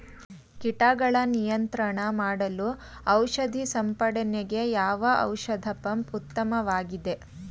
ಕೀಟಗಳ ನಿಯಂತ್ರಣ ಮಾಡಲು ಔಷಧಿ ಸಿಂಪಡಣೆಗೆ ಯಾವ ಔಷಧ ಪಂಪ್ ಉತ್ತಮವಾಗಿದೆ?